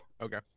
Okay